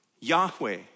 Yahweh